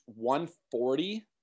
140